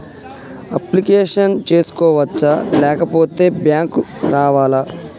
Application చేసుకోవచ్చా లేకపోతే bank రావాలా?